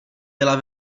byla